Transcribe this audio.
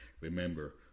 remember